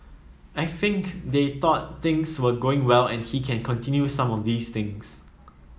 I think they thought things were going well and he can continue some of these things